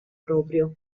proprio